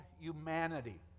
humanity